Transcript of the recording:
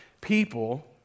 people